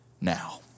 now